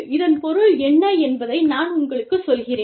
இதன் பொருள் என்ன என்பதை நான் உங்களுக்குச் சொல்கிறேன்